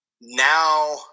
Now